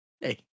Hey